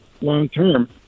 long-term